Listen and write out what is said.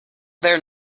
there